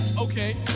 okay